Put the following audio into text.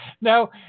Now